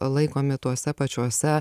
laikomi tuose pačiuose